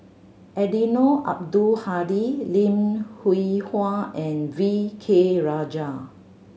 Eddino Abdul Hadi Lim Hwee Hua and V K Rajah